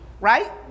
right